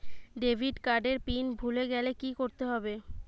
Debit card এর PIN ভুলে গেলে কি করতে হবে?